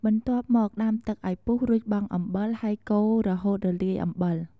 បន្ទាប់់មកដាំទឹកឱ្យពុះ រួចបង់អំបិល ហើយកូររហូតរលាយអំបិល ។